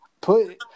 put